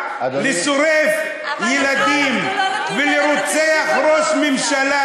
שורף ילדים ורוצח ראש ממשלה,